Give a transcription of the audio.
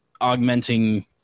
augmenting